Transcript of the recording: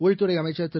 உள்துறைஅமைச்சர் திரு